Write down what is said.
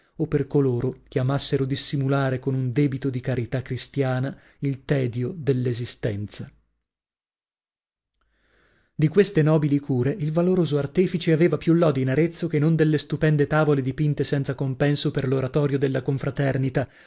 o per coloro che amassero dissimulare con un debito di carità cristiana il tedio dell'esistenza di queste nobili cure il valoroso artefice aveva più lode in arezzo che non delle stupende tavole dipinto senza compenso per l'oratorio della confraternita